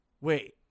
Wait